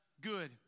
good